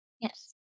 Yes